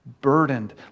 burdened